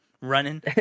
running